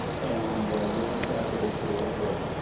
and they've been fabulous to work with,